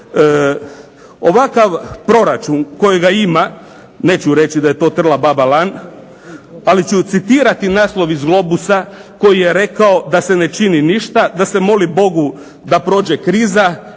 Ovakav proračun kojega ima, neću reći da je to trla baba lan, ali ću citirati naslov iz Globusa koji je rekao da se ne čini ništa, da se moli Bogu da prođe kriza